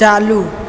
चालू